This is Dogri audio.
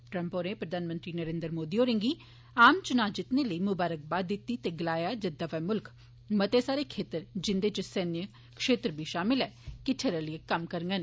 ट्रंप होरें प्रधानमंत्री नरेन्द्र मोदी हुंदा आम चुनां जित्तने लेई मुबारकबाद दित्ती ते गलाया जे दवै मुल्ख मते सारे क्षेत्रें जिंदे च सैन्य क्षेत्र बी षामल ऐ किट्ठे रलियै कम्म करगंन